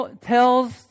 tells